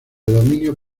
dominio